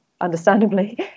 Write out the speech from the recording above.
understandably